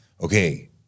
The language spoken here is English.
okay